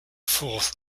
fourth